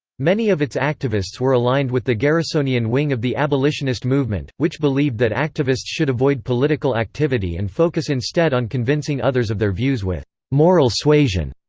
many of its activists were aligned with the garrisonian wing of the abolitionist movement, which believed that activists should avoid political activity and focus instead on convincing others of their views with moral suasion.